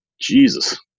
Jesus